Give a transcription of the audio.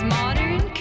modern